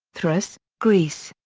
thrace, greece.